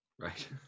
Right